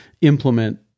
implement